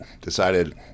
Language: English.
decided